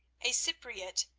a cypriote,